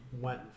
went